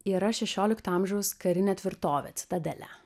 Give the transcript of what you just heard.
yra šešiolikto amžiaus karinė tvirtovė citadelė